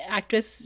actress